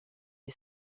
era